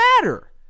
matter